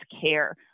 care